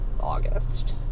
August